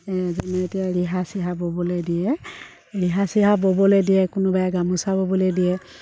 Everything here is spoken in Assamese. এতিয়া ৰিহা চিহা ব'বলৈ দিয়ে ৰিহা চিহা ব'বলৈ দিয়ে কোনোবাই গামোচা ব'বলৈ দিয়ে